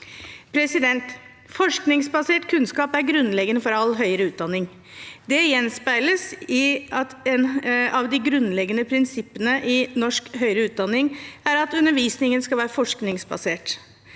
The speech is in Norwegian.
Forskningsbasert kunnskap er grunnleggende for all høyere utdanning. Det gjenspeiles i at en av de grunnleggende prinsippene i norsk høyere utdanning er at undervisningen skal være forskningsbasert.